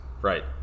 Right